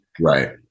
Right